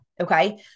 Okay